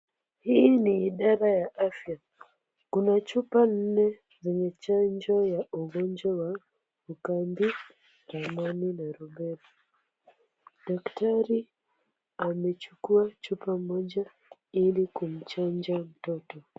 Hii ni idara ya afya. Kuna chupa nne zenye chanjo ya ugonjwa wa ukambi, ramani na rubella. Daktari amechukua chupa moja ili kumchanja mtoto.